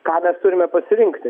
ką mes turime pasirinkti